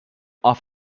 off